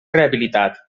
rehabilitat